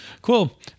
Cool